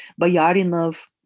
Bayarinov